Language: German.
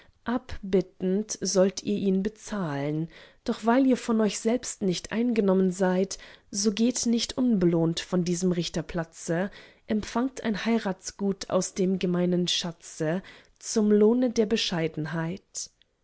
abbittend sollt ihr ihn bezahlen doch weil ihr von euch selbst nicht eingenommen seid so geht nicht unbelohnt von diesem richterplatze empfangt ein heiratsgut aus dem gemeinen schatze zum lohne der bescheidenheit